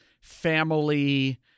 family